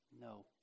No